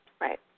Right